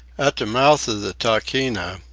at the mouth of the tahkeena,